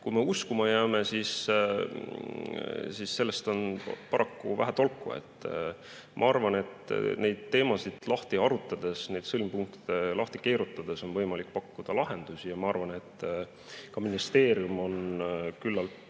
Kui me uskuma jääme, siis sellest on paraku vähe tolku. Ma arvan, et neid teemasid lahti harutades, neid sõlmpunkte lahti keerutades on võimalik pakkuda lahendusi, ja ma arvan, et ka ministeerium on küllalt